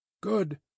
Good